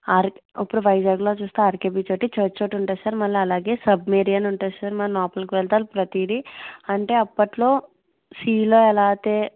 are ఇప్పురు వైజాగ్లో చూస్తే ఆర్కే బీచ్ ఒకటి చర్చ్ ఒకటి ఉంటుంది సార్ మళ్ళీ అలాగే సబ్మెరీన్ అని ఉంటుంది సర్ మనం లోపలికి వెళితే ఆల్ ప్రతీది అంటే అప్పట్లో సీలో ఎలా అయితే